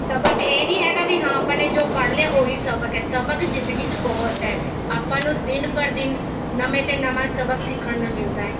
ਸਬਕ ਇਹ ਨਹੀਂ ਹੈਗਾ ਵੀ ਹਾਂ ਆਪਾਂ ਨੇ ਜੋ ਪੜ੍ਹ ਲਿਆ ਉਹ ਹੀ ਸਬਕ ਹੋ ਸਬਕ ਜ਼ਿੰਦਗੀ 'ਚ ਬਹੁਤ ਹੈ ਆਪਾਂ ਨੂੰ ਦਿਨ ਪਰ ਦਿਨ ਨਵੇਂ ਤੋਂ ਨਵਾਂ ਸਬਕ ਸਿੱਖਣ ਨੂੰ ਮਿਲਦਾ